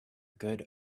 good